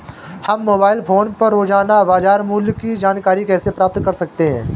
हम mobile phone पर रोजाना बाजार मूल्य की जानकारी कैसे प्राप्त कर सकते हैं?